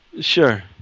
sure